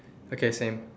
okay same